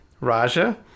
Raja